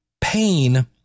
pain